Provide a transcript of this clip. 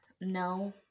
No